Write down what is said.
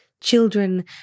Children